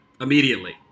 immediately